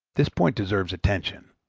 this point deserves attention,